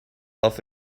off